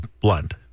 Blunt